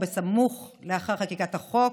ובסמוך לאחר חקיקת החוק.